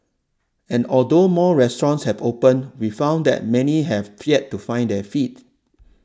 and although more restaurants have opened we found that many have yet to find their feet